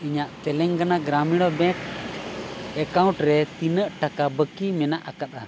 ᱤᱧᱟᱹᱜ Telangana Gramin bank account ᱨᱮ ᱛᱤᱱᱟᱹᱜ ᱴᱟᱠᱟ ᱵᱟᱹᱠᱤ ᱢᱮᱱᱟᱜ ᱟᱠᱟᱫᱟ